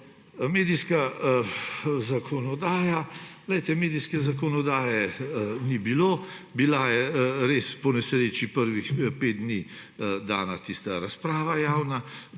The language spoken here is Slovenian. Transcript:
Medijska zakonodaja. Medijske zakonodaje ni bilo, bila je res po nesreči prvih pet dni dana tista javna